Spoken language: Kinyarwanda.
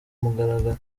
mugaragaro